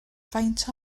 faint